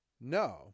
No